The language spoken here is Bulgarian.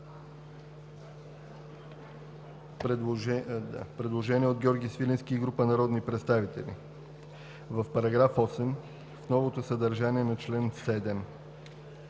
предложение на Георги Свиленски и група народни представители: „В § 8 в новото съдържание на чл. 7в